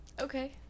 Okay